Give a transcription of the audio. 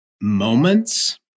moments